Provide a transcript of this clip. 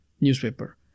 newspaper